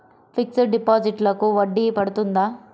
Fixed డిపాజిట్లకు వడ్డీ పడుతుందా?